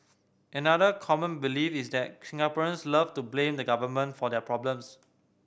another common belief is that Singaporeans love to blame the government for their problems